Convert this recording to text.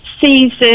season